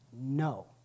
No